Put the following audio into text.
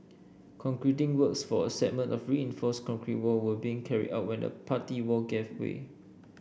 concreting works for a segment of reinforced concrete wall were being carried out when the party wall gave way